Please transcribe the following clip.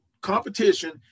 competition